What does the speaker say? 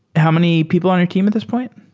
how many people on your team at this point?